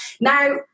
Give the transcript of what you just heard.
Now